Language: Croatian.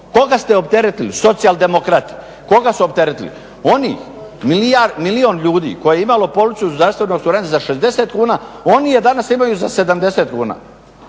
Koga ste opteretili, Socijaldemokrati koga su opteretili? Onih milijun ljudi koje je imalo policu zdravstvenog osiguranja za 60 kuna, oni je danas imaju za 70 kuna.